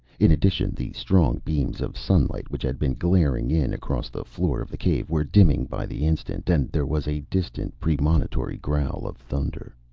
in addition, the strong beams of sunlight which had been glaring in across the floor of the cave were dimming by the instant, and there was a distant, premonitory growl of thunder.